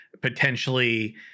potentially